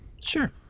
Sure